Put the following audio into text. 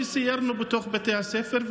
כשסיירנו בתוך בתי הספר,